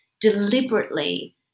deliberately